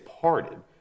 parted